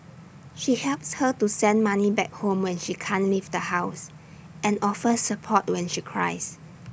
she helps her to send money back home when she can't leave the house and offers support when she cries